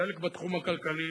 חלק בתחום הכלכלי